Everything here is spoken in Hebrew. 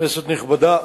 כנסת נכבדה,